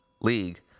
league